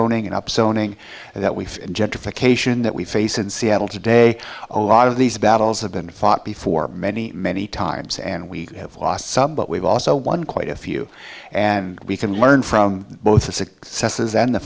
oning up zoning that we've gentrification that we face in seattle today a lot of these battles have been fought before many many times and we have lost some but we've also won quite a few and we can learn from both the successes and the